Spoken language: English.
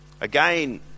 Again